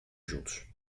juntos